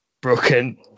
broken